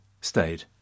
stayed